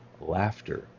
Laughter